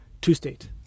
two-state